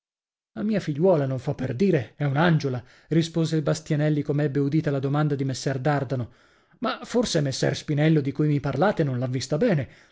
la mia figliuola non fo per dire è un'angiola rispose il bastianelli com'ebbe udita la domanda di messer dardano ma forse messer spinello di cui mi parlate non l'ha vista bene